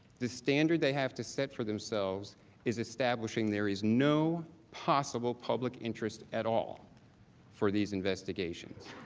the standard they have to set for themselves is establishing there is no possible public interest at all for these investigations.